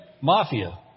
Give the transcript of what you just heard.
Mafia